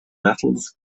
metals